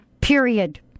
period